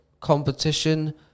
competition